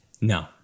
No